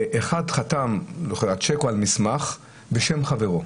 אחד חתם על צ'ק או על מסמך בשם חברו.